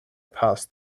passed